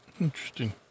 Interesting